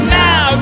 now